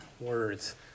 words